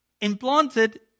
implanted